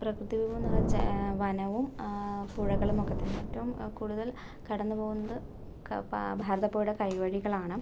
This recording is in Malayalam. പ്രകൃതി വിഭവം എന്ന് വെച്ചാൽ വനവും പുഴകളും ഒക്കെ തന്നെ ഏറ്റവും കൂടുതൽ കടന്ന് പോകുന്നത് ക ഭാരതപ്പുഴയുടെ കൈവഴികളാണ്